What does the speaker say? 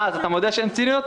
אה, אז אתה מודה שהן ציניות?